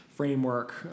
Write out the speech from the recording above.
framework